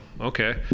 okay